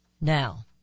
Now